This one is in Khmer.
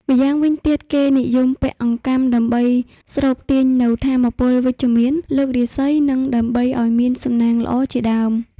ម្យ៉ាងវិញទៀតគេនិយមពាក់អង្កាំដើម្បីស្រូបទាញនូវថាមពលវិជ្ជមាន លើករាសីនិងដើម្បីឲ្យមានសំណាងល្អជាដើម។